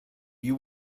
you